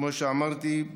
כמו שאמרתי,